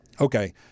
okay